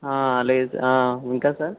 లేదు ఇంకా సార్